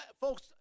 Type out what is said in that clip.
folks